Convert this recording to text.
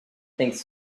things